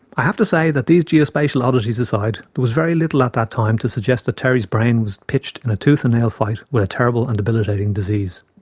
i have to say that these geospatial oddities aside, there was very little at that time to suggest that terry's brain was pitched in a tooth and nail fight with a terrible and debilitating disease.